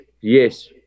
yes